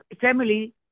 family